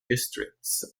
districts